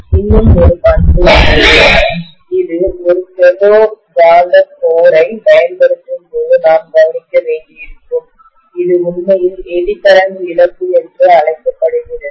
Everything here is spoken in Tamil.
இன்னும் ஒருபண்பு உள்ளது இது ஒரு ஃபெரோ காந்த கோரை மையத்தைப் பயன்படுத்தும் போது நாம் கவனிக்க வேண்டியிருக்கும் இது உண்மையில் எடி கரண்ட் இழப்பு என்று அழைக்கப்படுகிறது